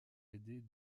aider